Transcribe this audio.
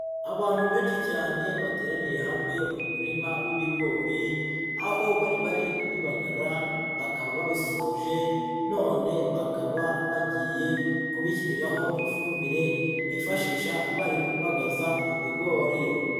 Abantu benshi cyane bateraniye hamwe mu murima w'ibigori, aho bari bari kubibagara bakaba babisoje, none bakaba bagiye kubishyiriraho ifumbire bifashisha bari kubagaza ibigori.